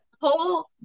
whole